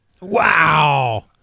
Wow